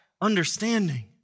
understanding